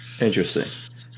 Interesting